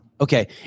Okay